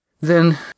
Then